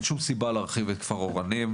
אין שום סיבה להרחיב את כפר אורנים,